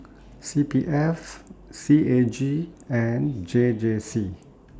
C P F C A G and J J C